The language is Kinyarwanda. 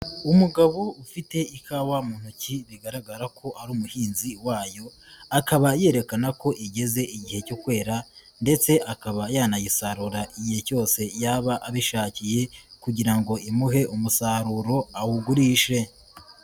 Umugabo ufite ikawa mu ntoki bigaragara ko ari umuhinzi wayo, akaba yerekana ko igeze igihe cyo kwera ndetse akaba yanayisarura igihe cyose yaba abishakiye kugira ngo imuhe umusaruro awugurishe.